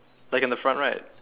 like in the front right